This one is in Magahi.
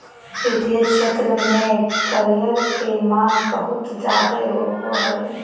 वित्तीय क्षेत्र में करियर के माँग बहुत ज्यादे होबय हय